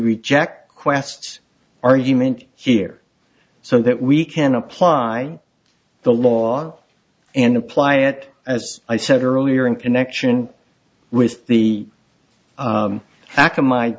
reject quest's argument here so that we can apply the law and apply it as i said earlier in connection with the